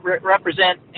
represent